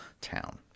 town